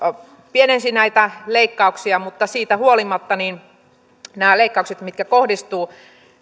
pienensi näitä leikkauksia mutta siitä huolimatta nämä leikkaukset mitkä kohdistuvat